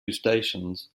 stations